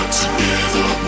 together